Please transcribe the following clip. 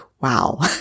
wow